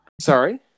Sorry